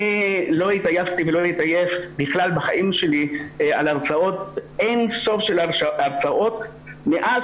אני לא התעייפתי ולא אתעייף בחיים שלי מאין סוף של הרצאות מאז